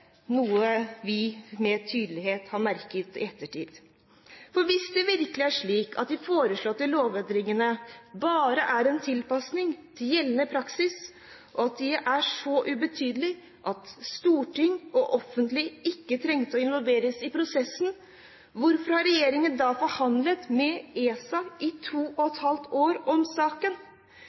noe vi med tydelighet har merket i ettertid. Hvis det virkelig er slik at de foreslåtte lovendringene bare er en tilpasning til gjeldende praksis, og at de er så ubetydelige at Stortinget og offentligheten ikke trengte å involveres i prosessen, hvorfor har regjeringen da forhandlet med ESA i to og et halvt år om saken?